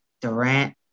Durant